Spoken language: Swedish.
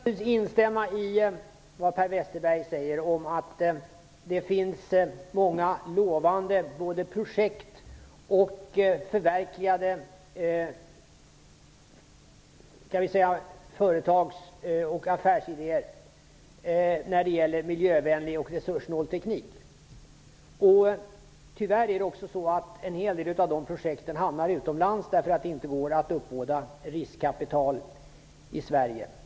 Herr talman! Jag vill naturligtvis instämma i vad Per Westerberg säger om att det både finns många lovande projekt och förvekligade företags och affärsidéer när det gäller miljövänlig och resurssnål teknik. Tyvärr hamnar en hel del av de projekten utomlands därför att det inte går att uppbåda riskkapital i Sverige.